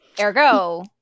Ergo